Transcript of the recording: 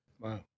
Wow